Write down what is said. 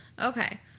Okay